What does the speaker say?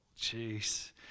jeez